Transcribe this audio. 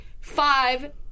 five